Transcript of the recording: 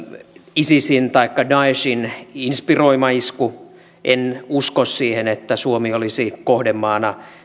isisin daeshin inspiroima isku en usko siihen että suomi olisi kohdemaana esimerkiksi